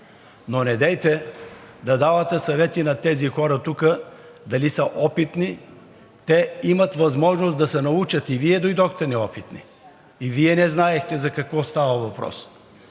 но недейте да давате съвети на тези хора тук дали са опитни. Те имат възможност да се научат. И Вие дойдохте неопитни, и Вие не знаехте за какво става въпрос.